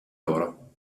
loro